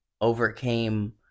overcame